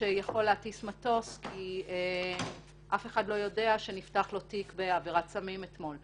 שיכול להטיס מטוס כי אף אחד לא יודע שנפתח לו תיק בעבירת סמים אתמול,